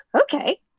okay